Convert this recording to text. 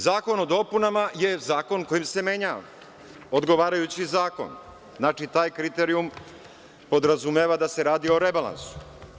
Zakon o dopunama je zakon kojim se menjaju odgovarajući zakon, znači taj kriterijum podrazumeva da se radi o rebalansu.